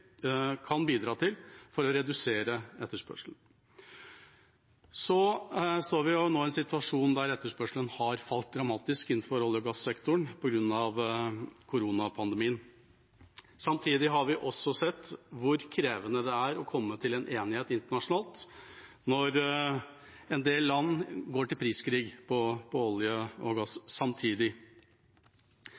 kan bidra til for å redusere etterspørselen. Vi står nå i en situasjon der etterspørselen har falt dramatisk innenfor olje- og gassektoren på grunn av koronapandemien. Vi har også sett hvor krevende det er å komme til enighet internasjonalt når en del land går til priskrig på olje og gass samtidig.